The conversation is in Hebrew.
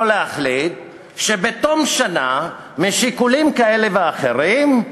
יכול להחליט שבתום שנה, משיקולים כאלה ואחרים,